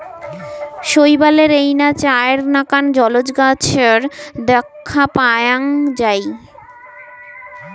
শৈবালের এইনা চাইর নাকান জলজ গছের দ্যাখ্যা পাওয়াং যাই